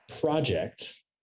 project